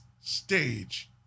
stage